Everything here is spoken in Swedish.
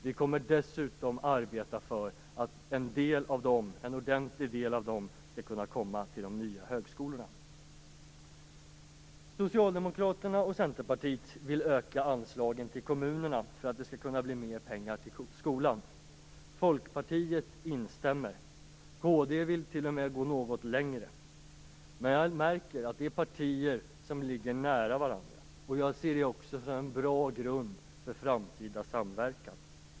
Vi kommer dessutom att arbeta för att en ordentlig del av dem skall komma till de nya högskolorna. Socialdemokraterna och Centerpartiet vill öka anslaget till kommunerna för att det skall kunna bli mer pengar till skolan. Folkpartiet instämmer. Kd vill t.o.m. gå något längre. Jag märker att det är partier som ligger nära varandra. Jag ser det som en bra grund för framtida samverkan.